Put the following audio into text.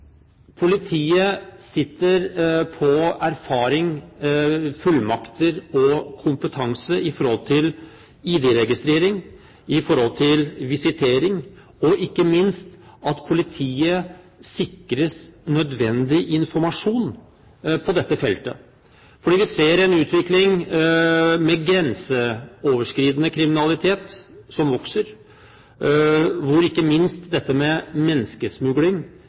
Politiet sitter på erfaring, fullmakter og kompetanse om ID-registrering, visitering – ikke minst må politiet sikres nødvendig informasjon på dette feltet. Vi ser en utvikling med grenseoverskridende kriminalitet som vokser, hvor ikke minst dette med menneskesmugling